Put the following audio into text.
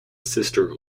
sister